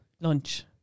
lunch